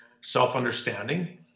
self-understanding